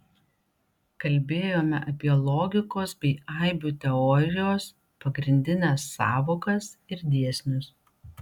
kalbėjome apie logikos bei aibių teorijos pagrindines sąvokas ir dėsnius